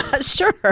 Sure